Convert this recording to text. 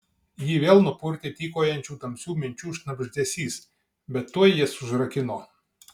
jį vėl nupurtė tykojančių tamsių minčių šnabždesys bet tuoj jas užrakino